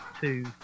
two